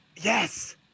Yes